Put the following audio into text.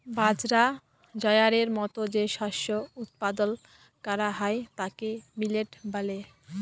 বাজরা, জয়ারের মত যে শস্য উৎপাদল ক্যরা হ্যয় তাকে মিলেট ব্যলে